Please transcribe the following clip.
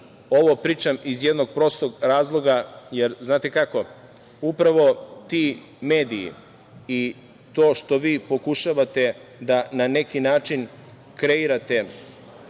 ovo pričam iz jednog prostog razloga, jer upravo ti mediji i to što vi pokušavate da na neki način kreirate,